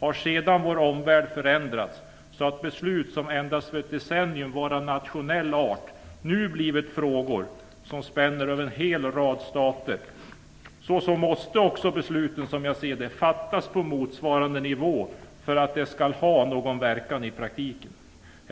Har sedan vår omvärld förändrats så att beslut som endast för ett decennium sedan var av nationell art nu blivit frågor som spänner över en hel rad stater så måste också besluten, som jag ser det, fattas på motsvarande nivå för att de skall ha någon verkan i praktiken.